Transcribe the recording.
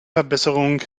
verbesserung